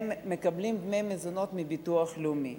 מקבלות דמי מזונות מהביטוח הלאומי.